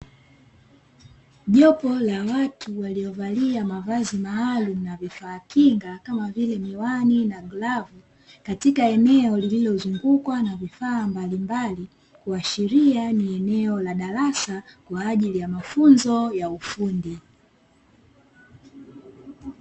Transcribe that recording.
Jopo la watu waliovalia mavazi maalumu na vifaa kinga, kama vile; miwani na glavu, katika eneo lililozungukwa na vifaa mbalimbali, kuashiria ni eneo la darasa kwa ajili ya mafunzo ya ufundi.